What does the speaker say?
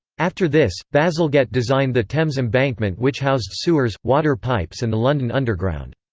after this, bazalgette designed the thames embankment which housed sewers, water pipes and the london underground.